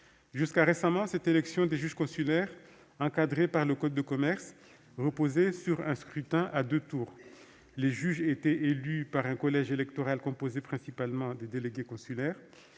Récemment encore, l'élection des juges consulaires, encadrée par le code de commerce, reposait sur un scrutin à deux tours. Les juges étaient désignés par un collège électoral composé pour l'essentiel des délégués consulaires,